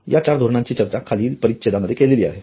या धोरणांची चर्चा खालील परिच्छेदामध्ये केली आहे